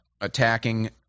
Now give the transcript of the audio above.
attacking